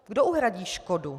Kdo uhradí škodu?